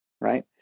right